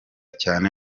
cyane